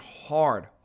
hard